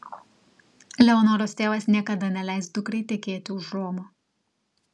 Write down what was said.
leonoros tėvas niekada neleis dukrai tekėti už romo